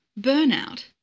Burnout